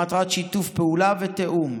למטרת שיתוף פעולה ותיאום,